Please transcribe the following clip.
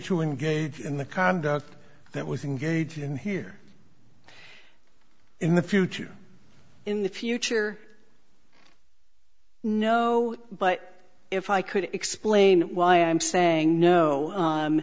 to engage in the conduct that was engaged in here in the future in the future no but if i could explain why i'm saying no